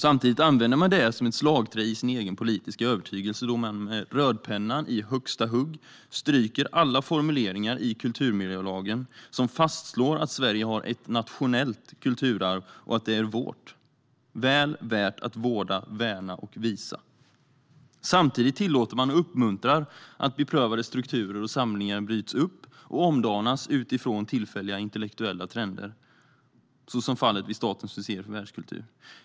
Samtidigt använder man det som ett slagträ i sin egen politiska övertygelse, då man med rödpennan i högsta hugg stryker alla formuleringar i kulturmiljölagen som fastslår att Sverige har ett nationellt kulturarv och att det är vårt - väl värt att vårda, värna och visa. Samtidigt tillåter och uppmuntrar man att beprövade strukturer och samlingar bryts upp och omdanas utifrån tillfälliga intellektuella trender, såsom fallet vid Statens museer för världskultur.